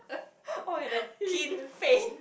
oh like the teen faint